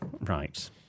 Right